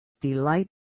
Delight